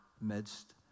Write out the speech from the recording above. midst